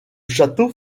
château